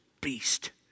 beast